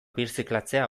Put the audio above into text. birziklatzea